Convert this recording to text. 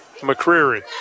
McCreary